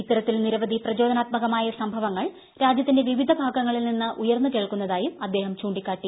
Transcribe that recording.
ഇത്തരത്തിൽ നിരവധി പ്രചോദനാത്മകമായ സംഭവങ്ങൾ രാജ്യത്തിന്റെ വിവിധ ഭാഗങ്ങളിൽ നിന്ന് ഉയർന്നു കേൾക്കുന്നതായും അദ്ദേഹം ചൂണ്ടിക്കാട്ടി